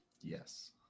Yes